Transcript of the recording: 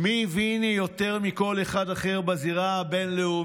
מי הבין יותר מכל אחד אחר בזירה הבין-לאומית,